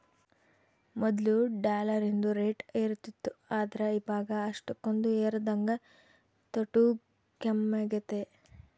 ಮೊದ್ಲು ಡಾಲರಿಂದು ರೇಟ್ ಏರುತಿತ್ತು ಆದ್ರ ಇವಾಗ ಅಷ್ಟಕೊಂದು ಏರದಂಗ ತೊಟೂಗ್ ಕಮ್ಮೆಗೆತೆ